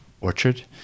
Orchard